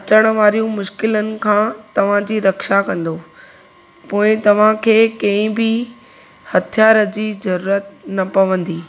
अचनि वारियूं मुश्किलनि खां तव्हांजी रक्षा कंदो पोइ तव्हांखे कंहिं बि हथियारु जी ज़रूरत न पवंदी